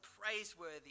praiseworthy